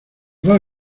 dos